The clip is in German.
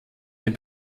dem